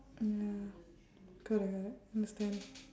mm ya correct correct understand